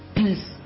peace